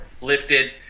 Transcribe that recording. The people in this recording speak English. lifted